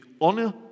honor